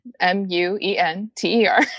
M-U-E-N-T-E-R